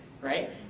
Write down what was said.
right